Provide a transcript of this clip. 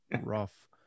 rough